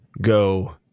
go